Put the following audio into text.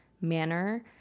manner